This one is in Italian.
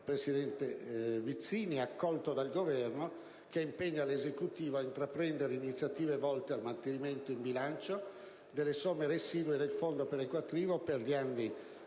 presidente Vizzini - è stato accolto dal Governo ed impegna l'Esecutivo a intraprendere iniziative volte al mantenimento in bilancio delle somme residue del fondo perequativo per gli anni 2011,